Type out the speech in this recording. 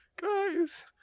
guys